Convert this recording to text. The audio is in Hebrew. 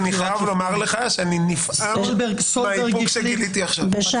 אני חייב לומר לך שאני נפעם מהאיפוק שגיליתי עכשיו.